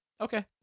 Okay